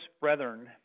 brethren